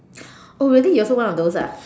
oh really you also one of those ah